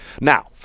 now